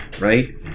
right